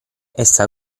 essa